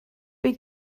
beth